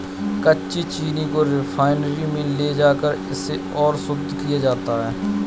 कच्ची चीनी को रिफाइनरी में ले जाकर इसे और शुद्ध किया जाता है